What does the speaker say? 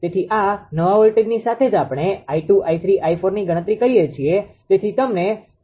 તેથી આ નવા વોલ્ટેજની સાથે જ આપણે 𝑖2 𝑖3 અને 𝑖4ની ગણતરી કરીએ છીએ